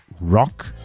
rock